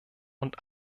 und